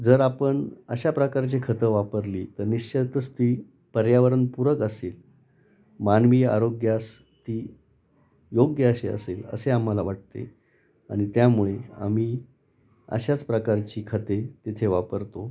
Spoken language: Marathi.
जर आपण अशा प्रकारचे खतं वापरली तर निश्चितच ती पर्यावरणपूरक असेल मानवीय आरोग्यास ती योग्य अशी असेल असे आम्हाला वाटते आणि त्यामुळे आम्ही अशाच प्रकारची खते तिथे वापरतो